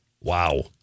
Wow